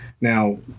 Now